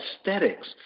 aesthetics